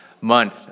Month